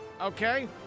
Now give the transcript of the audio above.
okay